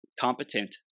competent